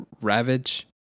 ravage